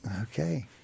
Okay